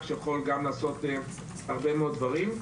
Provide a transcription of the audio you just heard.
כזה שיכול גם לעשות הרבה מאוד דברים.